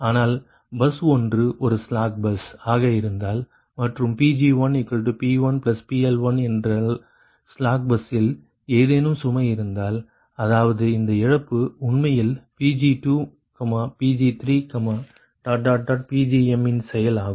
ஆனால் பஸ் ஒன்று ஒரு ஸ்லாக் பஸ் ஆக இருந்தால் மற்றும் Pg1P1PL1 என்றால் ஸ்லாக் பஸ்ஸில் ஏதேனும் சுமை இருந்தால் அதாவது இந்த இழப்பு உண்மையில் Pg2Pg3Pgm இன் செயல் ஆகும்